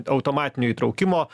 automatinio įtraukimo